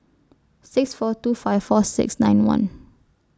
six four two five four six nine one